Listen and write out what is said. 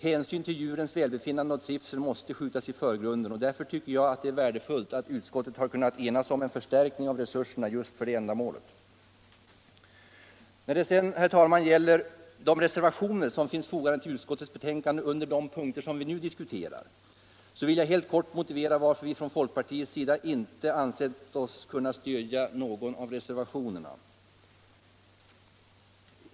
Hänsyn till djurens välbefinnande och trivsel måste skjutas i förgrunden. Därför tycker jag det är värdefullt att utskottet kunnat enas om en förstärkning av resurserna just för det ändamålet. När det sedan, herr talman, gäller de reservationer som finns fogade till utskottets betänkande under de punkter som vi nu diskuterar vill jag helt kort motivera varför vi från folkpartiets sida inte ansett oss kunna stödja någon av reservationerna.